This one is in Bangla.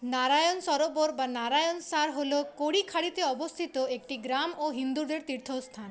নারায়ণ সরোবর বা নারায়ণসার হল কোরি খাঁড়িতে অবস্থিত একটি গ্রাম ও হিন্দুদের তীর্থস্থান